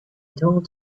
told